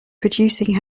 producing